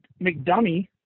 McDummy